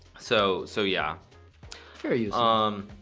so so yeah very um